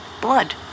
blood